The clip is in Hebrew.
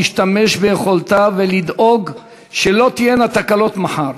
להשתמש ביכולותיו ולדאוג שלא תהיינה תקלות מחר,